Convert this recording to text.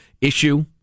issue